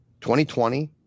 2020